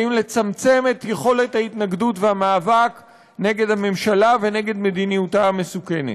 באים לצמצם את יכולת ההתנגדות והמאבק נגד הממשלה ונגד מדיניותה המסוכנת.